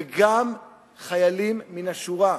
וגם חיילים מן השורה.